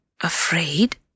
afraid